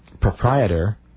proprietor